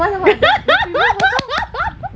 sabar sabar the previous photo